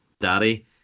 daddy